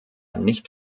nicht